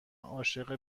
عاشق